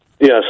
Yes